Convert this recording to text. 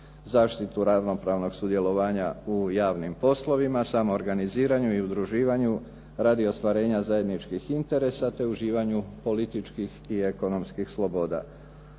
Zaštitu ravnopravnog sudjelovanja u javnim poslovima, samoorganiziranju i udruživanju radi ostvarenja zajedničkih interesa te uživanju političkih i ekonomskih sloboda.